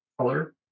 color